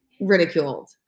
ridiculed